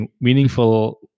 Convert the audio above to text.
meaningful